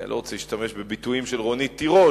לא רוצה להשתמש בביטויים של רונית תירוש,